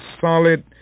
solid